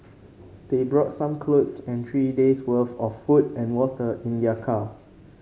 they brought some clothes and three days worth of food and water in their car